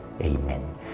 amen